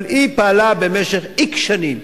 אבל היא פעלה במשך x שנים,